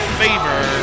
favor